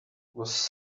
was